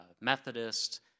Methodist